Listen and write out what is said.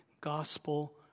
gospel